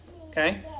Okay